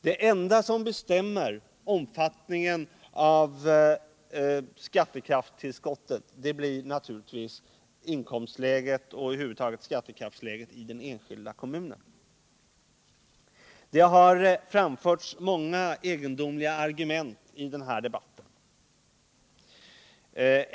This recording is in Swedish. Det enda som bestämmer omfattningen av skattekraftstillskottet blir inkomstläget och skattekraftsläget i den enskilda kommunen. Det har framförts många egendomliga argument i debatten.